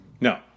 No